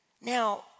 Now